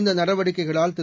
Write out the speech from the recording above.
இந்த நடவடிக்கைகளால் திரு